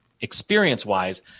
experience-wise